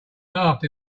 laughed